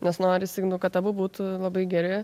nes norisi kad abu būtų labai geri